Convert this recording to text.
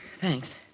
Thanks